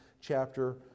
chapter